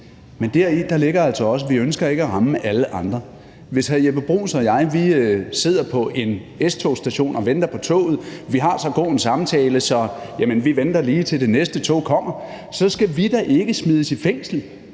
Men deri ligger altså også, at vi ikke ønsker at ramme alle andre. Hvis hr. Jeppe Bruus og jeg sidder på en S-togsstation og venter på toget og har så god en samtale, at vi lige venter, til det næste tog kommer, så skal vi da ikke smides i fængsel,